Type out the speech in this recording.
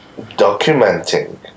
documenting